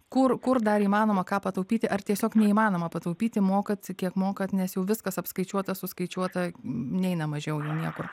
kur kur dar įmanoma ką pataupyti ar tiesiog neįmanoma pataupyti mokat kiek mokat nes jau viskas apskaičiuota suskaičiuota neina mažiau niekur